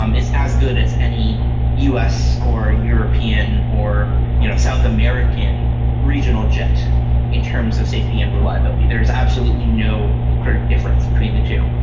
um is as good as any us or european or you know south american regional jet in terms of safety and reliability. there is absolutely no sort of difference between the two.